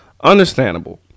understandable